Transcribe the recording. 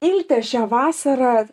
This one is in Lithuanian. ilte šią vasarą